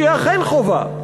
שהיא אכן חובה,